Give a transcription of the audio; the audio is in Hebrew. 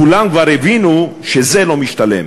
כולם כבר הבינו שזה לא משתלם.